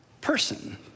person